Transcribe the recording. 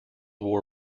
war